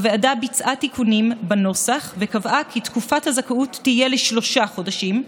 הוועדה ביצעה תיקונים בנוסח וקבעה כי תקופת הזכאות תהיה לשלושה חודשים,